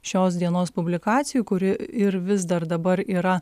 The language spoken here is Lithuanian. šios dienos publikacijų kuri ir vis dar dabar yra